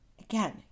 Again